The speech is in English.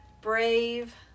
brave